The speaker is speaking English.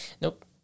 Nope